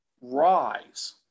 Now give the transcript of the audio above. rise